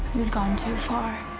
we've gone too far.